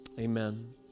Amen